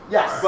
Yes